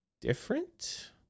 different